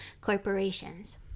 corporations